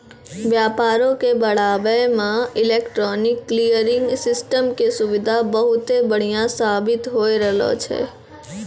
व्यापारो के बढ़ाबै मे इलेक्ट्रॉनिक क्लियरिंग सिस्टम के सुविधा बहुते बढ़िया साबित होय रहलो छै